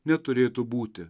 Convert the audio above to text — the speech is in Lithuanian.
neturėtų būti